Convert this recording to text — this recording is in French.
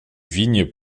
vignes